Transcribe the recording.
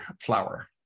flower